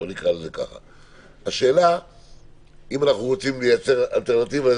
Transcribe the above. אם אנחנו רוצים לייצר אלטרנטיבה,